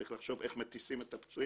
אלא צריך לחשוב איך מטיסים את הפצועים,